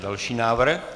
Další návrh.